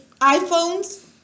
iPhones